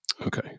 Okay